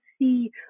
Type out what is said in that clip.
see